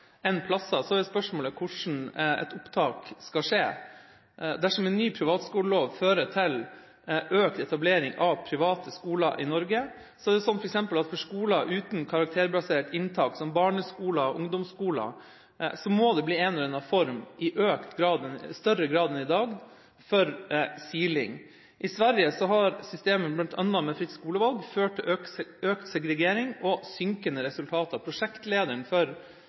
enn plasser, er spørsmålet hvordan et opptak skal skje. Dersom en ny privatskolelov fører til økt etablering av private skoler i Norge, er det sånn at f.eks. for skoler uten karakterbasert inntak, som barneskoler og ungdomsskoler, må det i større grad enn i dag bli en eller annen form for siling. I Sverige har systemet med fritt skolevalg bl.a. ført til økt segregering og synkende resultater. Prosjektlederen for